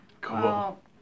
Cool